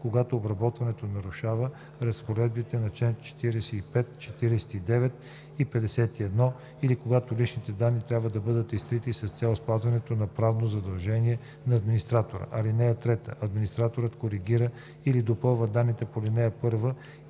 когато обработването нарушава разпоредбите на чл. 45, 49 или 51 или когато личните данни трябва да бъдат изтрити с цел спазване на правно задължение на администратора. (3) Администраторът коригира или допълва данните по ал. 1,